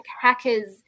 hackers